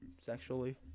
sexually